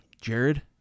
Jared